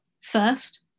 First